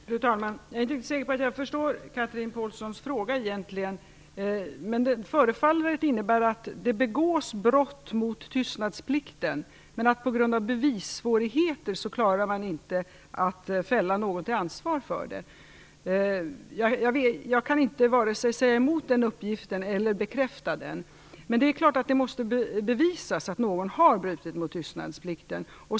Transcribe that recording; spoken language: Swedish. Fru talman! Jag är inte riktigt säker på att jag förstår Chatrine Pålssons fråga, men den förefaller innebära att det begås brott mot tystnadsplikten och att man på grund av bevissvårigheter inte klarar att fälla någon till ansvar för det. Jag kan inte vare sig säga mot den uppgiften eller bekräfta den. Men det är klart att det måste bevisas att någon har brutit mot tystnadsplikten.